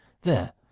There